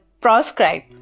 proscribe